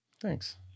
Thanks